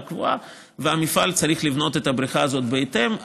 קבועה והמפעל צריך לבנות את הבריכה הזאת בהתאם.